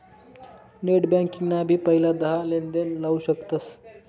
net banking ना भी पहिला दहा लेनदेण लाऊ शकतस